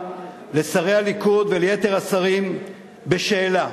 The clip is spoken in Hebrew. לשרי הליכוד וליתר השרים בשאלה: